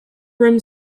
room